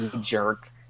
jerk